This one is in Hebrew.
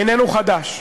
איננו חדש.